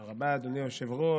תודה רבה, אדוני היושב-ראש.